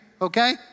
okay